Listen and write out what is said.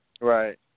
Right